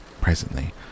Presently